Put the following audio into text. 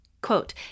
Quote